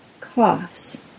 coughs